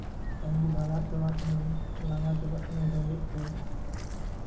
ᱛᱟᱹᱜᱤ ᱵᱷᱟᱜᱟᱣ ᱪᱟᱵᱟᱜ ᱠᱟᱱᱟᱹᱧ ᱞᱟᱸᱜᱟ ᱪᱟᱵᱟᱜ ᱠᱟᱹᱱᱟᱹᱧ ᱨᱮᱸᱜᱮᱡ ᱛᱮ